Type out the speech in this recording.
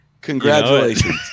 Congratulations